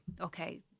okay